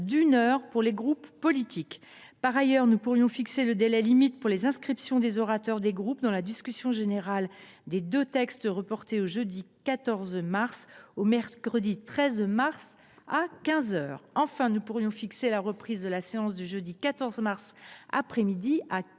d’une heure aux groupes politiques. Par ailleurs, nous pourrions fixer le délai limite pour les inscriptions des orateurs des groupes dans la discussion générale des deux textes reportés au jeudi 14 mars au mercredi 13 mars à quinze heures. Enfin, nous pourrions fixer la reprise de la séance du jeudi 14 mars après midi à